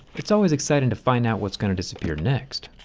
it's always exciting to find out what's going to disappear next.